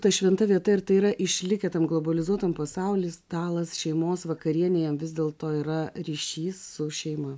tai šventa vieta ir tai yra išlikę tam globalizuotam pasauly stalas šeimos vakarienėje vis dėlto yra ryšys su šeima